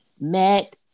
met